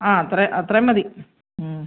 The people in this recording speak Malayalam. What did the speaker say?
ആ അത്ര അത്രേം മതി